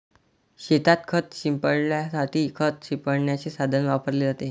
शेतात खत शिंपडण्यासाठी खत शिंपडण्याचे साधन वापरले जाते